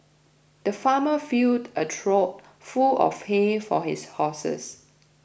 the farmer filled a trough full of hay for his horses